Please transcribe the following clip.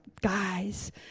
guys